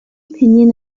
opinion